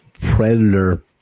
Predator